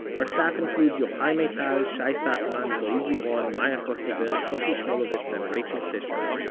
our staff includes yochai maital, shai satran, kind of roee gilron, maya kosover, shoshi shmuluvitz and rachel fisher.